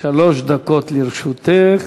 שלוש דקות לרשותך.